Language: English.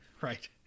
Right